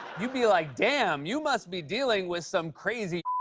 you'd be like, damn, you must be dealing with some crazy